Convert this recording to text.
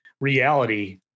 reality